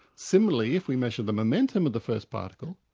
similarly, if we measure the momentum of the first particle,